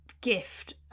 gift